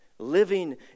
living